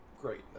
great